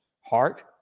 heart